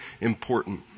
important